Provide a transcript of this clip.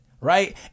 right